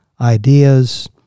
ideas